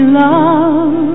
love